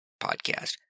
podcast